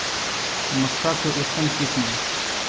मक्का के उतम किस्म?